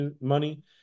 money